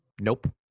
Nope